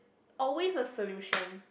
always a solution